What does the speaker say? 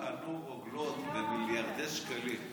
ככה קנו רוגלות במיליוני שקלים.